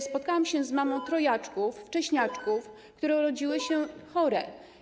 Spotkałam się z mamą trojaczków, wcześniaków, które urodziły się chore.